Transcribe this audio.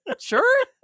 Sure